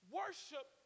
worship